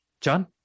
john